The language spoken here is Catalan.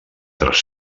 tres